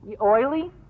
Oily